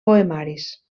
poemaris